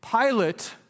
Pilate